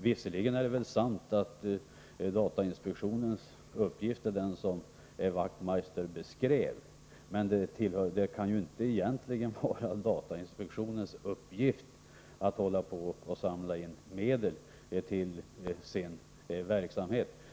Visserligen är det väl sant att datainspektionens uppgift är den som herr Wachtmeister beskrev, men det kan ju inte vara datainspektionens uppgift att samla in medel till sin verksamhet.